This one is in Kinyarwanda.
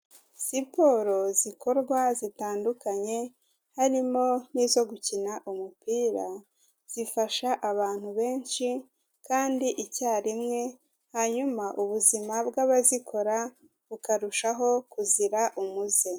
Siporo zikorwa zitandukanye harimo n'izo gukina umupira, zifasha abantu benshi kandi icyarimwe hanyuma ubuzima bw'abazikora bukarushaho kuzira umuze.